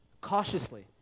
cautiously